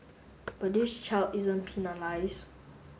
but this child isn't penalise